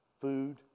Food